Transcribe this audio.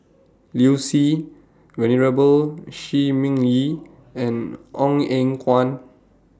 Liu Si Venerable Shi Ming Yi and Ong Eng Guan